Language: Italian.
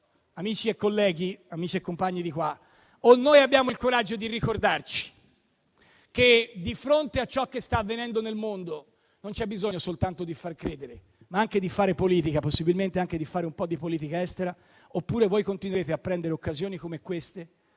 Amici e colleghi, amici e compagni di qua, o noi abbiamo il coraggio di ricordarci che di fronte a ciò che sta avvenendo nel mondo, non c'è bisogno soltanto di far credere, ma anche di fare politica, possibilmente anche di fare un po' di politica estera, oppure voi continuerete a prendere occasioni come queste